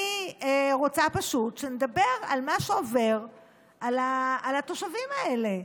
אני רוצה פשוט שנדבר על מה שעובר על התושבים האלה.